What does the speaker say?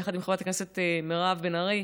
יחד עם חברת הכנסת מירב בן ארי,